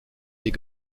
est